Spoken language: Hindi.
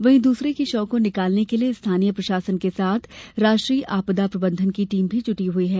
वहीं दूसरे के शव को निकालने के लिए स्थानीय प्रशासन के साथ राष्ट्रीय आपदा प्रबंधन की टीम भी जुटी हुई है